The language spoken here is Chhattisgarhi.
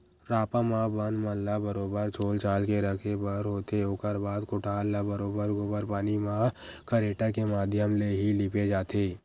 रापा म बन मन ल बरोबर छोल छाल के रखे बर होथे, ओखर बाद कोठार ल बरोबर गोबर पानी म खरेटा के माधियम ले ही लिपे जाथे